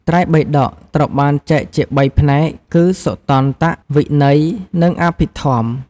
ត្រៃបិដកត្រូវបានចែកជាបីផ្នែកគឺ សុតន្ត វិន័យ និង អភិធម្ម។